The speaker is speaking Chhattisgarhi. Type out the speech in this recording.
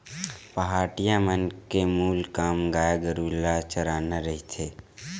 पहाटिया मन के मूल काम गाय गरु ल चराना रहिथे